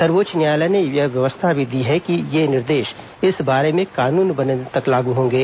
सर्वोच्च न्यायालय ने यह व्यवस्था भी दी कि ये निर्देश इस बारे में कानून बनने तक लागू रहेंगे